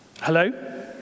Hello